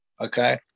okay